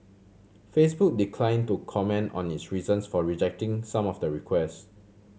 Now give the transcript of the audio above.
Facebook decline to comment on its reasons for rejecting some of the request